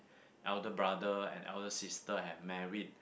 elder brother and elder sister have married